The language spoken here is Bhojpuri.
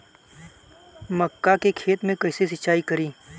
मका के खेत मे कैसे सिचाई करी?